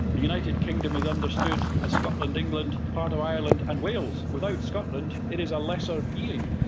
the united kingdom is understood as scotland, england, part of ireland and wales. without scotland it is a lesser being,